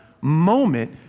moment